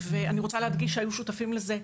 אני רוצה להדגיש שהיו שותפים לזה,